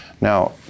Now